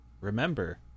remember